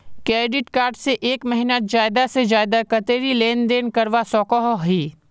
Credit card से एक महीनात ज्यादा से ज्यादा कतेरी लेन देन करवा सकोहो ही?